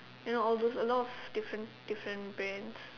you know all those a lot of different different Brands